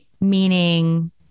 Meaning